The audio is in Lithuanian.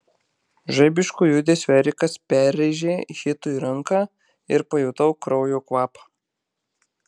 žaibišku judesiu erikas perrėžė hitui ranką ir pajutau kraujo kvapą